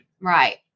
Right